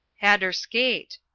hadder skate.